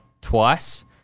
twice